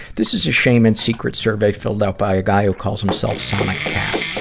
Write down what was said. this is a shame and secret survey filled out by a guy who calls himself sonic cat.